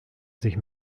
sich